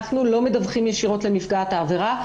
אנחנו לא מדווחים ישירות לנפגעת העבירה,